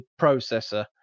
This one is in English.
processor